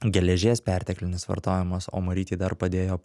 geležies perteklinis vartojimas o marytei dar padėjo